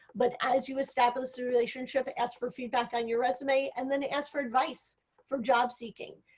but as you establish a relationship ask for feedback on your resume and then ask for advice for jobseeking.